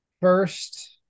first